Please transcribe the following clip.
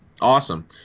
Awesome